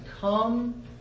come